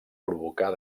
provocar